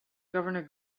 governor